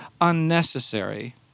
unnecessary